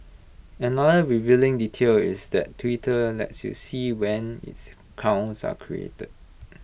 another revealing detail is that Twitter lets you see when its accounts are created